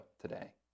today